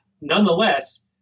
Nonetheless